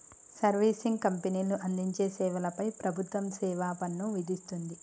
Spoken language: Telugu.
సర్వీసింగ్ కంపెనీలు అందించే సేవల పై ప్రభుత్వం సేవాపన్ను విధిస్తుంది